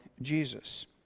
Jesus